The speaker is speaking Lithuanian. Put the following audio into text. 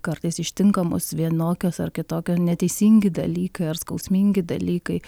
kartais ištinka mus vienokios ar kitokio neteisingi dalykai ar skausmingi dalykai